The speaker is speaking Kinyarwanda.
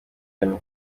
kane